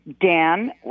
Dan